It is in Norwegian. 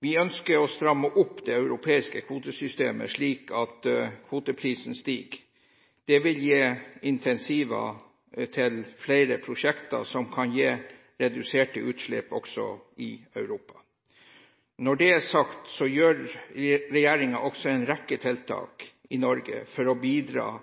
Vi ønsker å stramme opp det europeiske kvotesystemet, slik at kvoteprisen stiger. Det vil gi insentiv til flere prosjekter som kan gi reduserte utslipp også i Europa. Når det er sagt, gjennomfører regjeringen også en rekke tiltak i Norge for å bidra